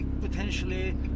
potentially